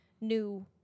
new